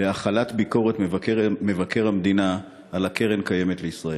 להחלת ביקורת מבקר המדינה על קרן קיימת לישראל.